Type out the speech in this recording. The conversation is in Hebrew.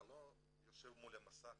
אתה לא יושב מול המסך,